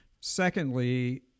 Secondly